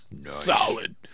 Solid